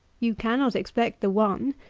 you cannot expect the one.